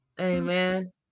Amen